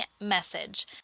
message